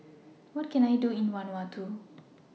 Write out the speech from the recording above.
What Can I Do in Vanuatu